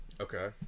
Okay